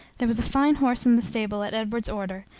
there was a fine horse in the stable at edward's order,